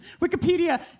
Wikipedia